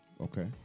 Okay